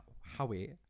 howie